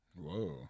Whoa